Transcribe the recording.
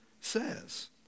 says